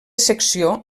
secció